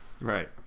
right